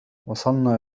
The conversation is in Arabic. وصلنا